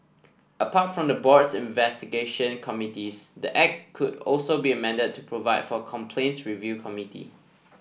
apart from the board's investigation committees the act could also be amended to provide for a complaints review committee